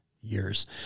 years